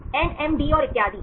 N M D और इतियादी